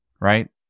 Right